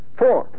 four